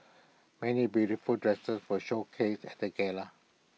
many beautiful dresses were showcased at the gala